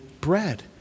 bread